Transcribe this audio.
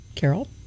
carol